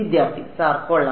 വിദ്യാർത്ഥി സർ കൊള്ളാം